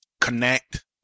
connect